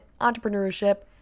entrepreneurship